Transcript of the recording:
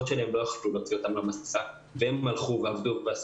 שהמשפחות שלהם לא יכלו להוציא אותם למסע והם עבדו ועשו